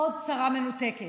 עוד שרה מנותקת.